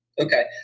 Okay